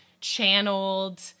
channeled